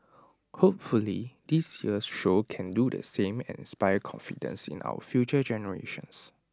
hopefully this year's show can do the same and inspire confidence in our future generations